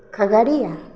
Khagaria